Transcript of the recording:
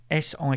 SI